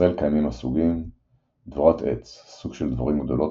בישראל קיימים הסוגים דבורת-עץ – סוג של דבורים גדולות